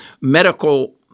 medical